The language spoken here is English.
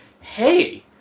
hey